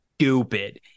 Stupid